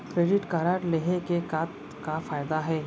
Credit card लेहे के का का फायदा हे?